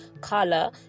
color